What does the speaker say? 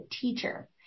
teacher –